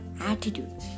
attitude